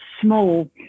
small